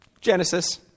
Genesis